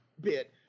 bit